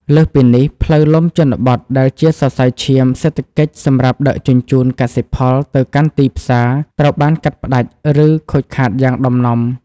លើសពីនេះ ផ្លូវលំជនបទដែលជាសរសៃឈាមសេដ្ឋកិច្ចសម្រាប់ដឹកជញ្ជូនកសិផលទៅកាន់ទីផ្សារ ត្រូវបានកាត់ផ្ដាច់ ឬខូចខាតយ៉ាងដំណំ។